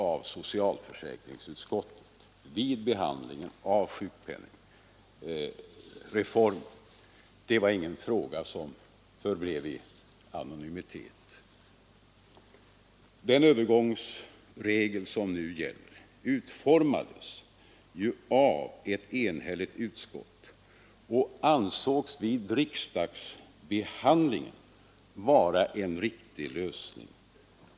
— av socialförsäkringsutskottet vid behandlingen av sjukpenningreformen; detta var alltså ingen fråga som förblev i anonymitet. Den övergångsregel som nu gäller utformades av ett enhälligt utskott och ansågs vid riksdagsbehandlingen innebära en riktig lösning.